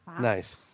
Nice